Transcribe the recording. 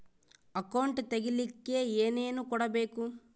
Account ತೆಗಿಲಿಕ್ಕೆ ಏನೇನು ಕೊಡಬೇಕು?